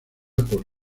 por